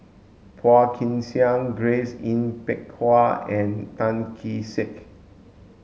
Phua Kin Siang Grace Yin Peck Ha and Tan Kee Sek